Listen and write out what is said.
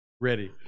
ready